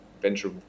venture